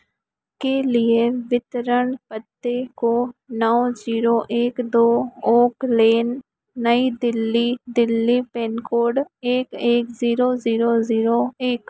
के लिए वितरण पते को नौ जीरो एक दो oak lane Nai Delhi Delhi pin code एक एक ज़ीरो ज़ीरो ज़ीरो एक